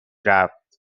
رفت